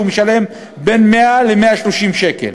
והוא משלם עליו בין 100 ל-130 שקל.